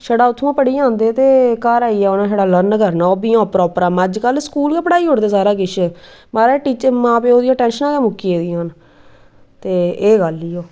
छड़ा उत्थुआं पढ़ियै औंदे ते घर आइयै छड़ा लर्न करना होए ओह् बी इ'यां ओपरा ओपरा अजकल स्कूल गै पढ़ाई ओड़दे सारा किश माराज मा प्यो दियां टैंशनां गै मुक्की गेदियां ते एह् गल्ल ई